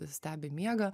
stebi miegą